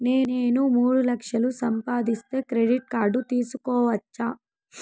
నేను మూడు లక్షలు సంపాదిస్తే క్రెడిట్ కార్డు తీసుకోవచ్చా?